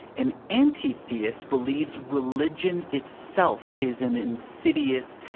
an anti-theist believes religion itself is an insidious,